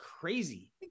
crazy